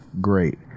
Great